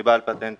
אני בעל פטנט